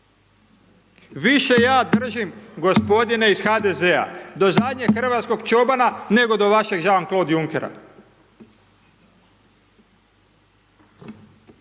Više ja držim, gospodine iz HDZ-a do zadnjeg hrvatskog čobana, nego do vašeg Jean-Claude Junckera.